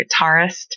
guitarist